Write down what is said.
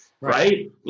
right